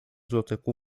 dotyku